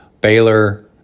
Baylor